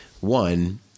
One